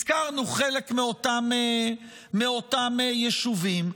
הזכרנו חלק מאותם יישובים,